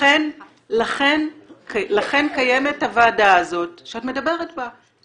לכן קיימת הוועדה הזאת שאת מדברת בה,